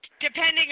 Depending